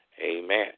Amen